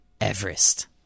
Everest